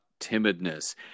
timidness